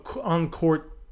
on-court